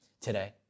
today